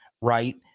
right